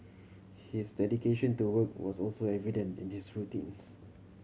his dedication to work was also evident in his routines